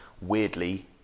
weirdly